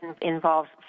involves